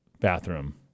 bathroom